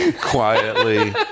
quietly